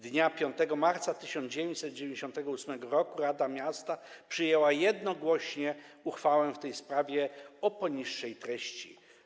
Dnia 5 marca 1998 r. rada miasta przyjęła jednogłośnie uchwałę w tej sprawie o poniższej treści: